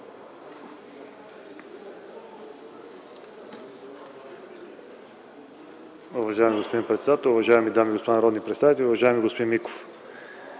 Уважаеми господин председател, уважаеми дами и господа народни представители, уважаеми господин Миков!